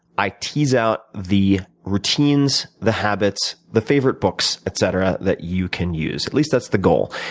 i tease out the routines, the habits, the favorite books, etc, that you can use at least that's the goal.